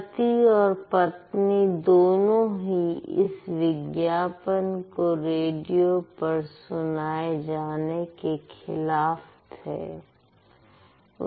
पति और पत्नी दोनों ही इस विज्ञापन को रेडियो पर सुनाए जाने के खिलाफ थे